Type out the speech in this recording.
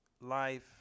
life